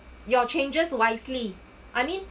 your changes wisely I mean